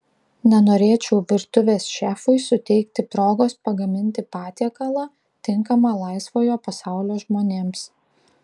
nenorėčiau virtuvės šefui suteikti progos pagaminti patiekalą tinkamą laisvojo pasaulio žmonėms